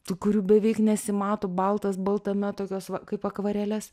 tų kurių beveik nesimato baltas baltame tokios va kaip akvarelės